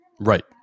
Right